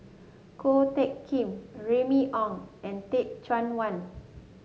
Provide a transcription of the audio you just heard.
Ko Teck Kin Remy Ong and Teh Cheang Wan